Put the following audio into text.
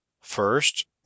First